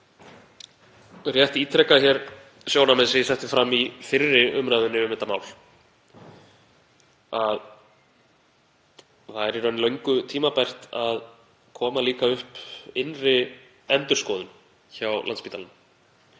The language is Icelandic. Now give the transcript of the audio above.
rétt ítreka hér sjónarmið sem ég setti fram í fyrri umræðunni um þetta mál um að það er í raun löngu tímabært að koma líka upp innri endurskoðun hjá Landspítalanum.